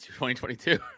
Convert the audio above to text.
2022